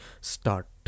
start